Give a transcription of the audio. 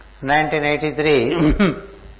1983